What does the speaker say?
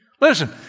Listen